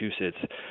Massachusetts